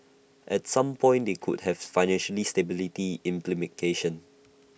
at some point they could have financial stability implications